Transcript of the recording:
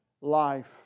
life